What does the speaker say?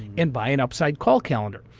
and buy an upside call calendar.